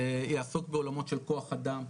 זה יעסוק בעולמות של כוח אדם,